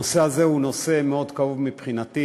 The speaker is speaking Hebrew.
הנושא הזה הוא נושא מאוד כאוב מבחינתי,